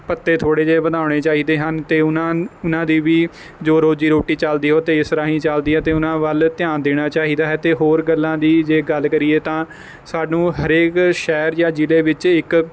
ਭੱਤੇ ਥੋੜ੍ਹੇ ਜਿਹੇ ਵਧਾਉਣੇ ਚਾਹੀਦੇ ਹਨ ਅਤੇ ਉਹਨਾਂ ਉਹਨਾਂ ਦੀ ਵੀ ਜੋ ਰੋਜੀ ਰੋਟੀ ਚੱਲਦੀ ਉਹ ਅਤੇ ਇਸ ਰਾਹੀਂ ਚੱਲਦੀ ਹੈ ਅਤੇ ਉਹਨਾਂ ਵੱਲ ਧਿਆਨ ਦੇਣਾ ਚਾਹੀਦਾ ਹੈ ਅਤੇ ਹੋਰ ਗੱਲਾਂ ਦੀ ਜੇ ਗੱਲ ਕਰੀਏ ਤਾਂ ਸਾਨੂੰ ਹਰੇਕ ਸ਼ਹਿਰ ਜਾਂ ਜ਼ਿਲ੍ਹੇ ਵਿੱਚ ਇੱਕ